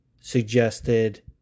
suggested